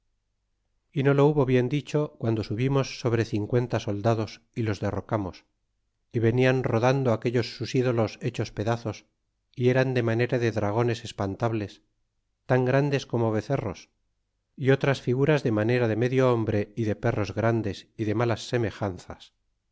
y no lo hubo bien dicho guando subimos sobre cincuenta soldados y los derrocamos y venian rodando aquellos sus ídolos hechos pedazos y eran de manera de dragones espantables tan grandes como becerros y otras figuras de manera de medio hombre y de perros grandes y de malas semejanzas